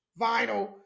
vinyl